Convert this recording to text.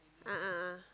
a'ah a'ah